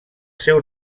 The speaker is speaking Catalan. seu